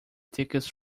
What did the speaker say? tickets